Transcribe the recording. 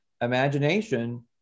imagination